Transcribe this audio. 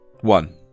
one